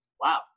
wow